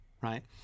Right